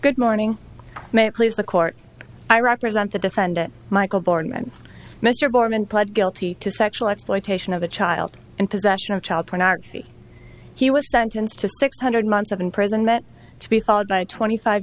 good morning may it please the court i represent the defendant michael bornemann mr boreman pled guilty to sexual exploitation of a child and possession of child pornography he was sentenced to six hundred months of imprisonment to be followed by a twenty five